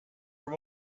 from